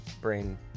brain